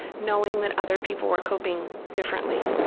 knowing that other people were coping differently,